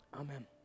Amen